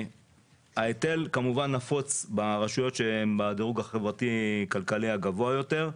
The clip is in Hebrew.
ההיטל כמובן נפוץ ברשויות שהן בדירוג החברתי-כלכלי הגבוה יותר,